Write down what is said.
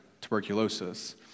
tuberculosis